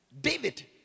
David